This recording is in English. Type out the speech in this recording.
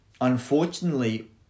unfortunately